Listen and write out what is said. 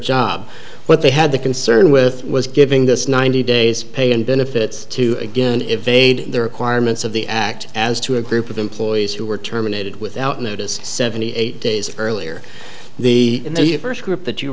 job what they had the concern with was giving this ninety days pay and benefits to again evade the requirements of the act as to a group of employees who were terminated without notice seventy eight days earlier the in the first group that you